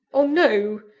oh, no!